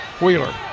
Wheeler